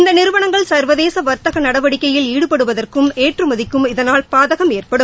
இந்த நிறுவனங்கள் சா்வதேச வா்த்தக நடவடிக்கையில் ஈடுபடுவதற்கும் ஏற்றுமதிக்கும் இதனால் பாதகம் ஏற்படும்